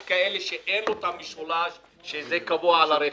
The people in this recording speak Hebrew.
יש מי שאין להם את המשולש קבוע על הרכב.